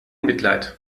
mitleid